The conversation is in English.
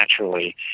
naturally